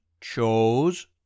chose